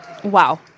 Wow